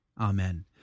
Amen